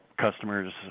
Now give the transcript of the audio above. customers